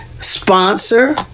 sponsor